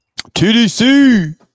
TDC